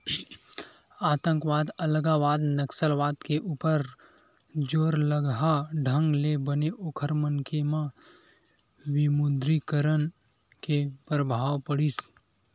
आंतकवाद, अलगावाद, नक्सलवाद के ऊपर जोरलगहा ढंग ले बने ओखर मन के म विमुद्रीकरन के परभाव पड़िस